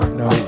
no